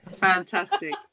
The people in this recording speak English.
Fantastic